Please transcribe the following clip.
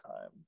time